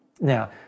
Now